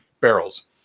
barrels